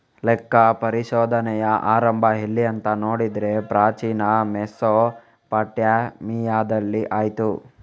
ಲೆಕ್ಕ ಪರಿಶೋಧನೆಯ ಆರಂಭ ಎಲ್ಲಿ ಅಂತ ನೋಡಿದ್ರೆ ಪ್ರಾಚೀನ ಮೆಸೊಪಟ್ಯಾಮಿಯಾದಲ್ಲಿ ಆಯ್ತು